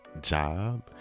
job